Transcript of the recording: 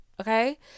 okay